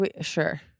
Sure